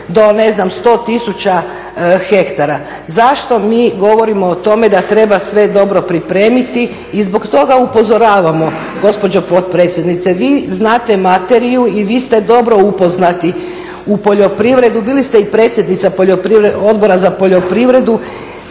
do ne znam 100 tisuća hektara. Zašto mi govorimo o tome da treba sve dobro pripremiti i zbog toga upozoravamo, gospođo potpredsjednice. Vi znate materiju i vi ste dobro upoznati u poljoprivredu, bili ste i predsjednica Odbora za poljoprivredu